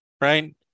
Right